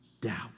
doubt